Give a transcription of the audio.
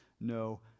no